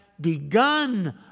begun